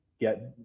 get